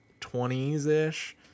20s-ish